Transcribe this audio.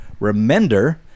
Remender